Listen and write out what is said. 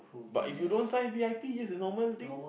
but if you don't sign v_i_p it's a normal thing